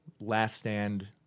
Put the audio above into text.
last-stand